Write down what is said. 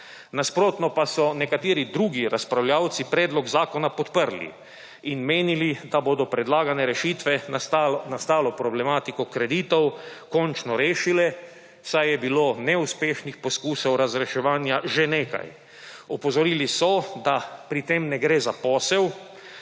Nasprotno pa so nekateri drugi razpravljavci predlog zakona podprli in menili, da bodo predlagane rešitve nastalo problematiko kreditov končno rešili, saj je bilo neuspešnih poskusov razreševanja že nekaj. Opozorili so, da pri tem ne gre za posel,